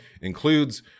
includes